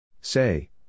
Say